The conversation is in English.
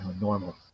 normal